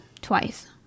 twice